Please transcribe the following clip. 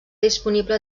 disponible